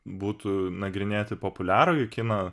būtų nagrinėti populiarųjį kiną